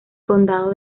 condado